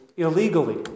Illegally